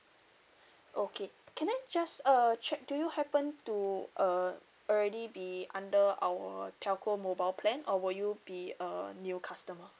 okay can I just uh check do you happen to uh already be under our telco mobile plan or will you be a new customer